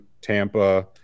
Tampa